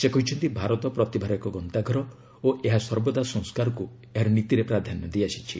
ସେ କହିଛନ୍ତି ଭାରତ ପ୍ରତିଭାର ଏକ ଗନ୍ତାଘର ଓ ଏହା ସର୍ବଦା ସଂସ୍କାରକୁ ଏହାର ନୀତିରେ ପ୍ରାଧାନ୍ୟ ଦେଇଆସିଛି